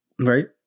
Right